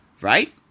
right